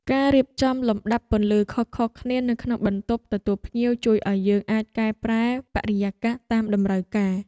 ការរៀបចំលំដាប់ពន្លឺខុសៗគ្នានៅក្នុងបន្ទប់ទទួលភ្ញៀវជួយឱ្យយើងអាចកែប្រែបរិយាកាសតាមតម្រូវការ។